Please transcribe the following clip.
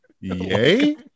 Yay